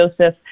Joseph